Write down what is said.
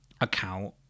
account